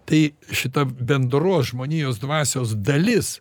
tai šita bendros žmonijos dvasios dalis